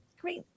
great